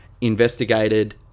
investigated